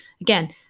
Again